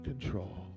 control